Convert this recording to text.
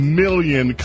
million